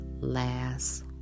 last